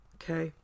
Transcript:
okay